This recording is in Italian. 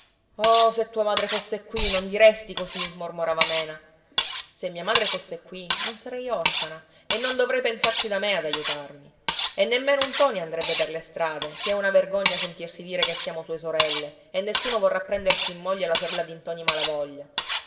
oh se tua madre fosse qui non diresti così mormorava mena se mia madre fosse qui non sarei orfana e non dovrei pensarci da me ad aiutarmi e nemmeno ntoni andrebbe per le strade che è una vergogna sentirsi dire che siamo sue sorelle e nessuno vorrà prendersi in moglie la sorella di ntoni malavoglia